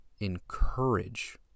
encourage